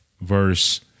verse